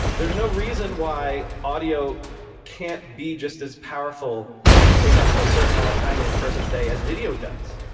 there's no reason why audio can't be just as powerful and take up a certain amount of time of a person's day as video does.